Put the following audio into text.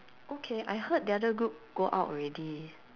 okay I heard the other group go out already